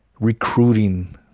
recruiting